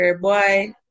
boy